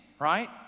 right